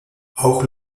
auch